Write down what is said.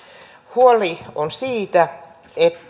huoli on siitä